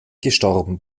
gestorben